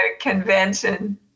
convention